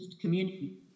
community